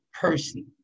person